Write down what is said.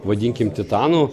vadinkime titanų